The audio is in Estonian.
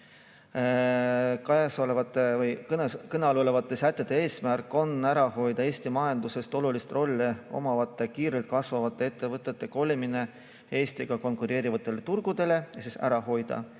Kõne all olevate sätete eesmärk on ära hoida Eesti majanduses olulist rolli omavate kiirelt kasvavate ettevõtete kolimine Eestiga konkureerivatele turgudele, mistõttu